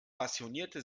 passionierte